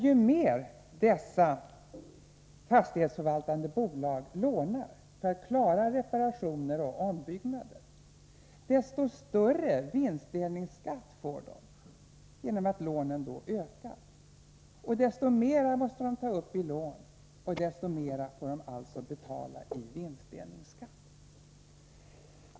Ju mer dessa fastighetsförvaltande bolag lånar för att klara reparationer och ombyggnader, desto större vinstdelningsskatt får de genom att lånen ökar och desto mer måste de ta upp i lån och betala i vinstdelningsskatt.